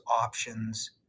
options